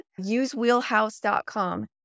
usewheelhouse.com